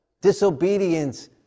disobedience